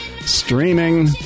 streaming